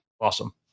awesome